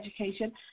education